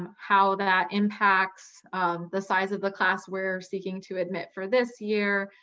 um how that impacts the size of the class we're seeking to admit for this year.